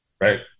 Right